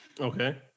Okay